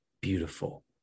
beautiful